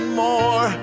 more